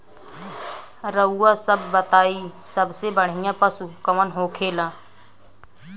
रउआ सभ बताई सबसे बढ़ियां पशु कवन होखेला?